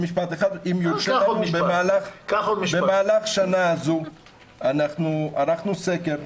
במהלך השנה הזאת ערכנו סקר.